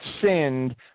sinned